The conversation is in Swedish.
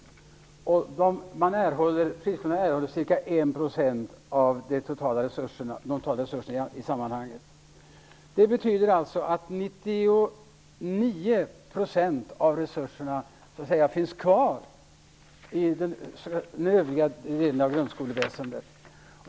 Friskolorna erhåller ca 1 % av de totala resurserna i sammanhanget. Det betyder alltså att 99 % av resurserna finns kvar i den övriga delen av grundskoleväsendet.